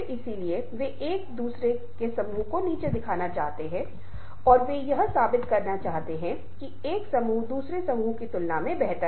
मुझे याद है कि बहुत समय पहले 10 साल पहले मैं कोरल ड्रा और फ्लैश के साथ एनीमेशन करता था और आज यह मेरे लिए बिल्कुल ग्रीक है क्योंकि नया सॉफ्टवेयर है मूल बातें समय और उस तरह की कुछ अन्य चीजें शेष रहती हैं